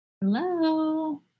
Hello